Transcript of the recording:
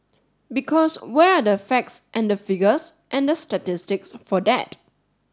because where are the facts and the figures and the statistics for that